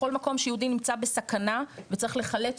בכל מקום שיהודי נמצא בסכנה וצריך לחלץ